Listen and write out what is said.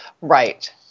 Right